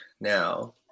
now